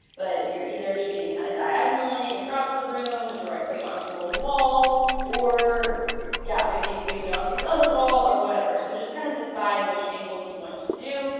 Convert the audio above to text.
but you're either shooting kind of diagonally across the room or directly onto a wall or yeah maybe maybe onto the other wall or whatever so just kind of decide which angles you want to do.